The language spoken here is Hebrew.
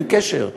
אין קשר,